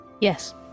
Yes